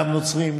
גם נוצרים,